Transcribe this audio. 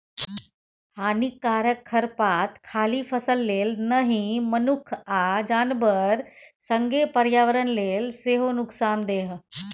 हानिकारक खरपात खाली फसल लेल नहि मनुख आ जानबर संगे पर्यावरण लेल सेहो नुकसानदेह